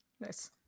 Nice